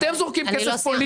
אתם זורקים כסף פוליטי,